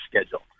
schedule